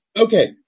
Okay